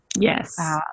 Yes